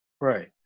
Right